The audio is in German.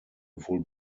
wohl